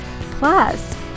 plus